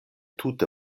tute